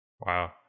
Wow